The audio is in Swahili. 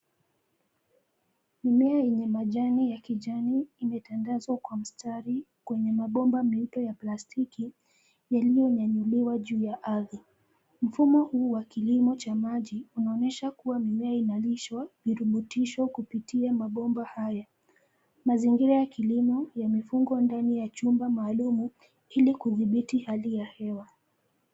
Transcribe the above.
Mimea yenye majani ya kijani, imetandazwa kwa mstari kwenye mabomba meupe ya plastiki, yaliyoinuliwa juu ya ardhi. Mfumo huu wa kilimo cha maji inaonyesha kuwa mimea inalishwa virutubisho kupitia mabomba hayo. Mazingira ya kilimo yamefungwa ndani ya chumba maalumu ili kudhubiti hali ya hewa.